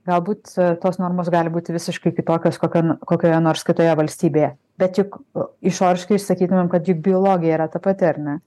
galbūt tos normos gali būti visiškai kitokios kokioj kokioje nors kitoje valstybėje bet juk išoriškai išsakytumėm kad juk biologija yra ta pati ar ne